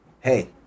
Hey